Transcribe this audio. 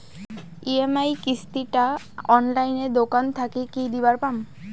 EMI কিস্তি টা অনলাইনে দোকান থাকি কি দিবার পাম?